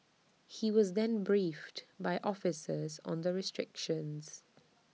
he was then briefed by officers on the restrictions